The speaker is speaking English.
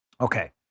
Okay